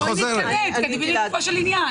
בואו נתקדם, תגיעי לגופו של עניין.